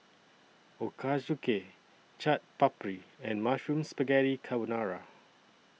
Ochazuke Chaat Papri and Mushroom Spaghetti Carbonara